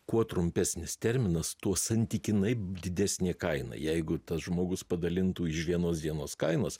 kuo trumpesnis terminas tuo santykinai didesnė kaina jeigu tas žmogus padalintų iš vienos dienos kainos